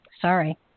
Sorry